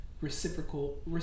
reciprocal